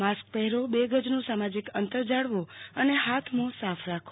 mask પહેરો બે ગજનું સામજીક અંતર જાળવો અને હાથ મ્હોં સાફ રાખો